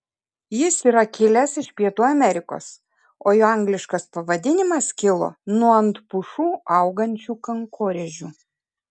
jis yra kilęs iš pietų amerikos o jo angliškas pavadinimas kilo nuo ant pušų augančių kankorėžių